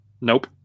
Nope